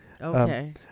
Okay